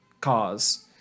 cause